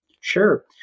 Sure